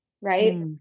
right